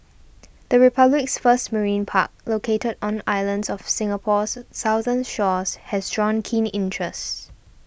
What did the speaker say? the Republic's first marine park located on islands off Singapore's southern shores has drawn keen interest